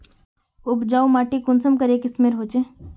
उपजाऊ माटी कुंसम करे किस्मेर होचए?